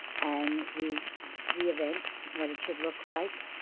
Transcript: and the the event, what it should look like,